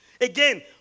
Again